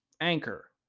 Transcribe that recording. Anchor